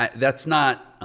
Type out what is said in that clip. um that's not,